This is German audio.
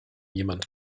jemand